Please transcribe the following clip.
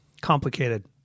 complicated